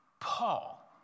Paul